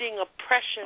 oppression